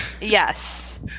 Yes